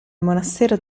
monastero